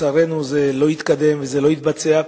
לצערנו זה לא התקדם ולא התבצע.